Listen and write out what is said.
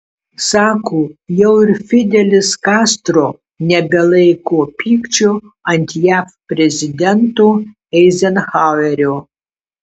sako jau ir fidelis kastro nebelaiko pykčio ant jav prezidento eizenhauerio